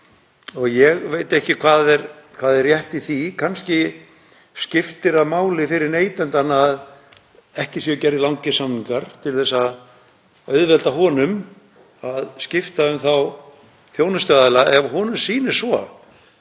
Ég veit ekki hvað er rétt í því. Kannski skiptir það máli fyrir neytandann að ekki séu gerðir langir samningar til að auðvelda honum að skipta um þjónustuaðila ef honum sýnist svo.